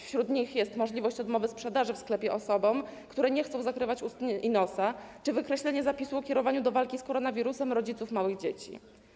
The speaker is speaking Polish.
Wśród nich jest możliwość odmowy sprzedaży w sklepie osobom, które nie chcą zakrywać ust i nosa, czy wykreślenie zapisu o kierowaniu do walki z koronawirusem rodziców małych dzieci.